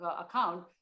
account